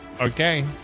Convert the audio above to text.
Okay